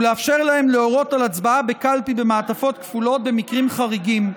ולאפשר להם להורות על הצבעה בקלפי במעטפות כפולות במקרים חריגים,